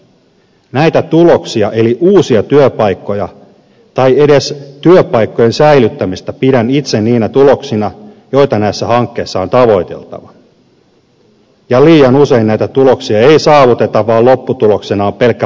liian usein näitä tuloksia eli uusia työpaikkoja tai edes työpaikkojen säilyttämistä pidän itse niinä tuloksina joita näissä hankkeissa on tavoiteltava ei saavuteta vaan lopputuloksena on pelkkä paperien pyörittäminen